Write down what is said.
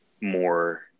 more